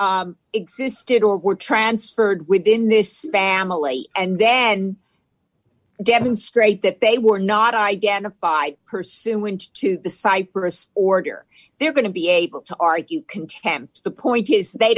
assets existed or were transferred within this family and then demonstrate that they were not identified pursuant to the cyprus order they're going to be able to argue contempt the point is they